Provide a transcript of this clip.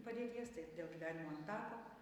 padėties tai dėl gyvenimo tarpo